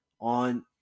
on